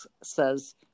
says